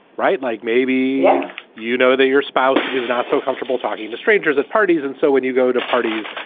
right. like maybe you know that your spouse is not so comfortable talking to strangers at parties. and so when you go to parties,